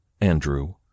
Andrew